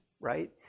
Right